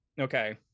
Okay